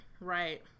Right